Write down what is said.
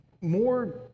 more